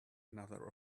another